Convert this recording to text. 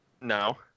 No